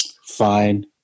Fine